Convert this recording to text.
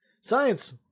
Science